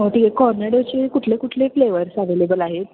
हो ठीक आहे कॉर्नेडोचे कुठले कुठले फ्लेवर्स अवेलेबल आहेत